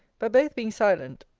but both being silent,